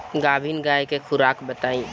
गाभिन गाय के खुराक बताई?